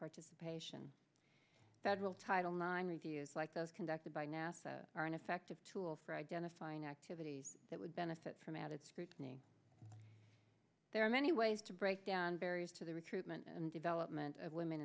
participation federal title nine reviews like those conducted by nasa are an effective tool for identifying activities that would benefit from added scrutiny there are many ways to break down barriers to the recruitment and development of women